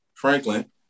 Franklin